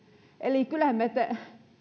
eli kyllä me